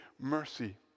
mercy